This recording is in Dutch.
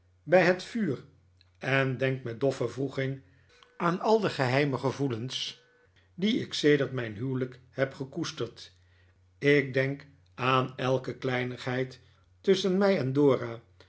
bij het vuur en denk met doffe wroeging aan al de geheime gevoelens die ik sedert mijn huwelijk heb gekoesterd ik denk aan elke kleinigheid tusschen mij en dora